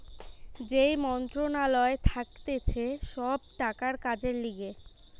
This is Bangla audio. যেই মন্ত্রণালয় থাকতিছে সব টাকার কাজের লিগে